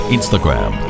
Instagram